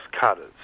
cutters